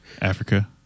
Africa